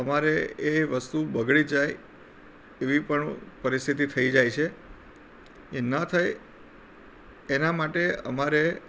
અમારે એ વસ્તુ બગડી જાય એવી પણ પરિસ્થિતિ થઈ જાય છે એ ન થાય એના માટે અમારે